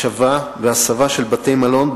השבה והסבה של בתי-מלון,